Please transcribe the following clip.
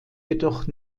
jedoch